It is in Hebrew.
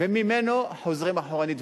וממנו חוזרים אחורנית,